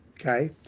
Okay